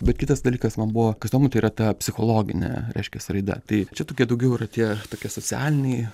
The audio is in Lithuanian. bet kitas dalykas man buvo kas įdomu tai yra ta psichologinė reiškias raida tai čia tokie daugiau yra tie tokie socialiniai